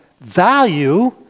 value